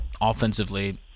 offensively